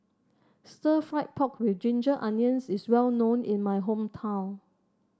stir fry pork with Ginger Onions is well known in my hometown